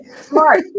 smart